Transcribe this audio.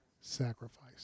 sacrifice